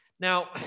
Now